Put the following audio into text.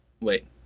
Wait